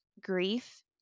grief